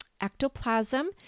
Ectoplasm